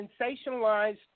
sensationalized